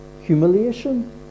humiliation